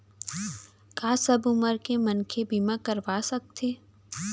का सब उमर के मनखे बीमा करवा सकथे?